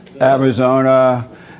Arizona